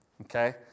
Okay